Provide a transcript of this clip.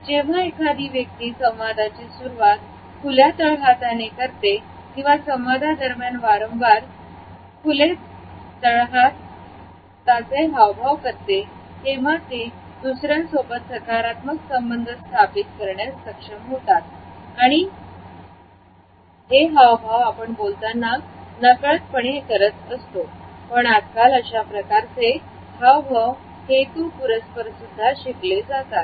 जेव्हा एखादा व्यक्ती संवादाची सुरुवात खुल्या तळहाताने करतो किंवा संवाद दरम्यान वारंवार फुल यात्रा हातसे हावभाव करतो तेव्हा तो दुसरं सोबत सकारात्मक संबंध स्थापित करण्यास सक्षम होतो हे हावभाव आपण बोलताना नकळतपणे करत असतो पण आज काल अशाप्रकारचे हवं हेतूपुरस्पर शिकले जातात